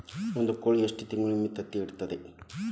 ಒಂದ್ ಕೋಳಿ ಎಷ್ಟ ತಿಂಗಳಿಗೊಮ್ಮೆ ತತ್ತಿ ಇಡತೈತಿ?